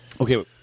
Okay